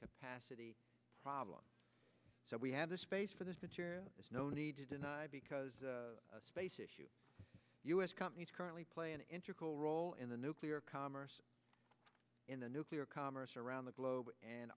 capacity problem so we have the space for this mature there's no need to deny because of space issue u s companies currently play an interpol role in the nuclear commerce in the nuclear commerce around the globe and